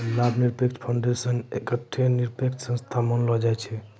लाभ निरपेक्ष फाउंडेशन एकठो निरपेक्ष संस्था मानलो जाय छै